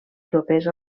propers